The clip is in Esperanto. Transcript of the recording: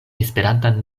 esperantan